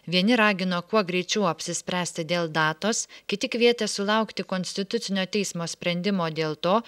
vieni ragino kuo greičiau apsispręsti dėl datos kiti kvietė sulaukti konstitucinio teismo sprendimo dėl to